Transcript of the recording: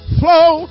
flow